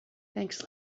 thanks